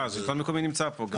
אה, השלטון המקומי נמצא פה.